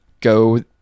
go